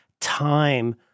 time